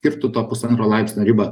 kaip tu to pusantro laipsnio ribą